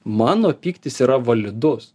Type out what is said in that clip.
mano pyktis yra validus